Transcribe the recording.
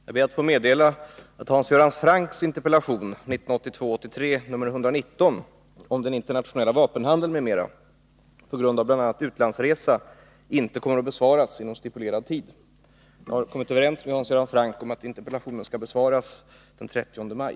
Herr talman! Jag ber att få meddela att Hans Göran Francks interpellation 1982/83:119 om den internationella vapenhandeln, m.m., på grund av bl.a. utlandsresa inte kommer att besvaras inom stipulerad tid. Jag har kommit överens med Hans Göran Franck om att interpellationen skall besvaras den 30 maj.